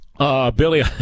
Billy